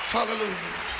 Hallelujah